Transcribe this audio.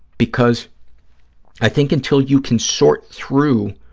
because i think until you can sort through